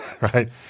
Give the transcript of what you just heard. right